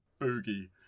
Boogie